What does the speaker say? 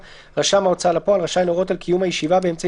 "רשם ההוצאה לפועל רשאי להורות על קיום הישיבה באמצעים